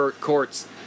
courts